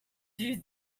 use